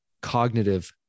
cognitive